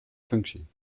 functie